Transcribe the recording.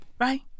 right